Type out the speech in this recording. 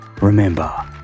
remember